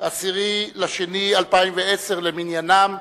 10 בפברואר 2010 למניינם.